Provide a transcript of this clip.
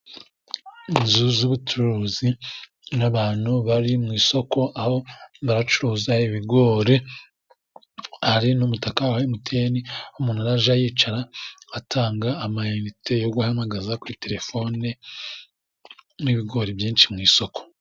Inzu z'ubucuruzi n'abantu bari mu isoko, aho baracuruza ibigori, hari n'umutaka wa emutiyeni, umuntu ajya yicara, atanga amayinite yo guhamagaza kuri terefone, n'ibigori byinshi mu isoko.